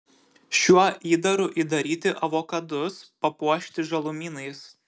šiuo įdaru įdaryti avokadus papuošti žalumynais